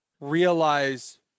realize